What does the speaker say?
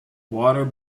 water